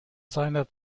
seiner